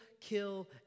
kill